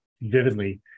vividly